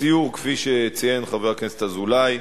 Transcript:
בסיור, כפי שציין חבר הכנסת אזולאי,